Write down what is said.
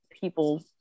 people